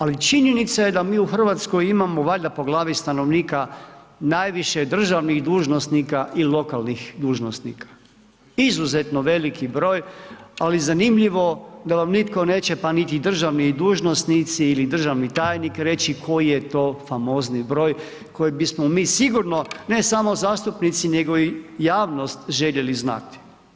Ali činjenica je da mi u Hrvatskoj imamo valjda po glavi stanovnika, najviše državnih dužnosnika i lokalnih dužnosnika, izuzetno veliki broj, ali zanimljivo da vam nitko neće, pa ni državni dužnosnici ili državni tajnik reći, koji je to famozni broj, koji bismo mi sigurno, ne samo zastupnici, nego i javnost željeli znati.